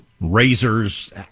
razors